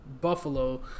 Buffalo